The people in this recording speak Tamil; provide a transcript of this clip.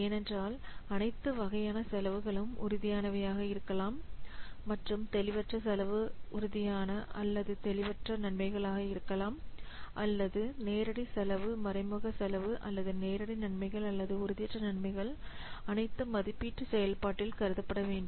ஏனென்றால் அனைத்து வகையான செலவுகளும் உறுதியானவையாக இருக்கலாம் மற்றும் தெளிவற்ற செலவு உறுதியான அல்லது தெளிவற்ற நன்மைகளாக இருக்கலாம் அல்லது நேரடி செலவு மறைமுக செலவு அல்லது நேரடி நன்மைகள் அல்லது உறுதியற்ற நன்மைகள் அனைத்தும் மதிப்பீட்டு செயல்பாட்டில் கருதப்பட வேண்டும்